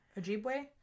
Ojibwe